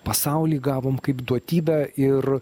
pasaulį gavom kaip duotybę ir